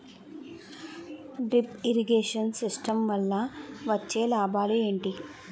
Drip irrigation system వల్ల వచ్చే లాభాలు ఏంటి?